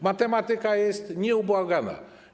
Matematyka jest nieubłagana.